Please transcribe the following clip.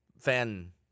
fan